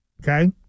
okay